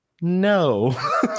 no